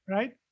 Right